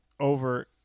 over